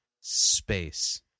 Space